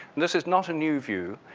this is not a new view,